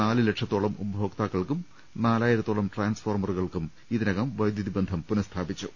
നാലുലക്ഷത്തോളം ഉപഭോക്താ ക്കൾക്കും നാലായിരത്തോളം ട്രാൻസ്ഫോർമറുകൾക്കും ഇതിനകം വൈദ്യു തിബന്ധം പുനഃസ്ഥാപിച്ചു